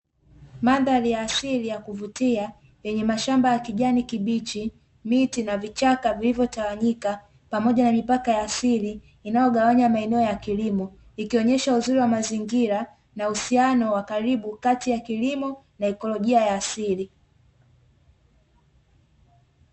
Mandhari ya asili ya kuvutia yenye mashamba ya kijani kibichi, miti na vichaka vilivotawanyika pamoja na mipaka ya asili inayogawanya maeneo ya kilimo, ikionesha uzuri wa mazingira na uhusiano wa karibu kati ya kilimo na ikolojia ya asili.